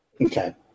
Okay